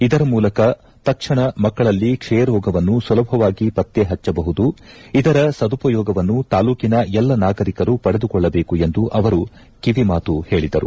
ಇದರ ಮೂಲಕ ಮಕ್ಕಳಲ್ಲಿ ಕ್ವಯ ರೋಗವನ್ನು ಸುಲಭವಾಗಿ ಪತ್ತೆ ಹಚ್ಚಬಹುದು ಇದರ ಸದುಪಯೋಗವನ್ನು ತಾಲೂಕಿನ ಎಲ್ಲ ನಾಗರಿಕರು ಪಡೆದುಕೊಳ್ಳಬೇಕೆಂದು ಅವರು ಮನವಿ ಮಾಡಿದರು